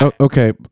Okay